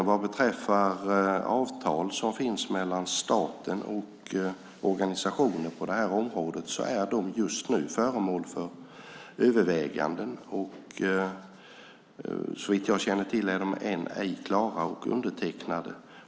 Vad beträffar avtal mellan staten och organisationer på området är de just nu föremål för överväganden. Såvitt jag känner till är de ännu ej klara och undertecknade.